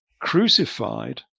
crucified